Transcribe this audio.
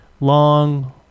long